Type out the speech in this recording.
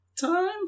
time